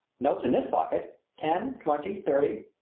notes in this pocket ten, twenty, thirty.